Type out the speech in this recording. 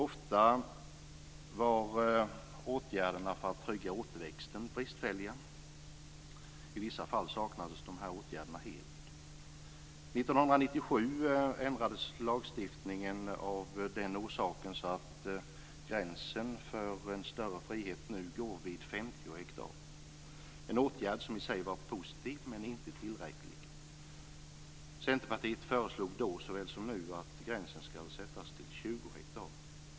Ofta var åtgärderna för att trygga återväxten bristfälliga. I vissa fall saknades dessa åtgärder helt. 1997 ändrades lagstiftningen av den orsaken, och gränsen för en större frihet går nu vid 50 hektar, en åtgärd som i sig var positiv men inte tillräcklig. Centerpartiet föreslog då som nu att gränsen skall sättas vid 20 hektar.